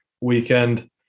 weekend